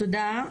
תודה.